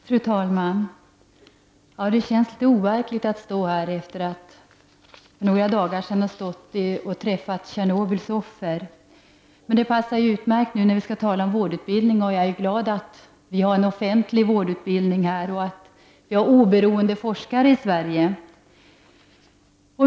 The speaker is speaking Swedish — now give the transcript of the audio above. Fru talman! Det känns litet overkligt att stå här efter att för några dagar sedan ha mött Tjernobyls offer. Men det passar utmärkt nu när vi skall tala om vårdutbildning. Jag är glad över att vi har en vårdutbildning i offentlig regi och över att vi har oberoende forskare i Sverige.